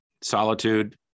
solitude